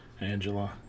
Angela